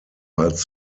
als